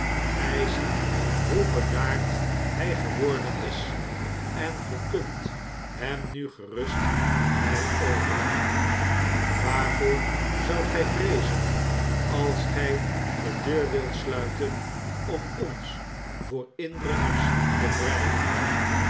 gj ziet hoe bedaard hfl geworden is en ge kunt hem nu gerust aan mp overlaten waarvoor zoudt gij vreezen als gij de deur wilt sluiten om ons voor indringers te vrflwaren